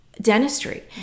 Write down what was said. dentistry